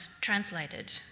translated